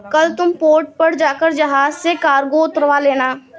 कल तुम पोर्ट पर जाकर जहाज से कार्गो उतरवा लेना